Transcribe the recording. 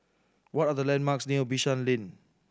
what are the landmarks near Bishan Lane